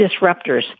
disruptors